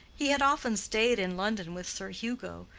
he had often stayed in london with sir hugo,